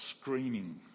screaming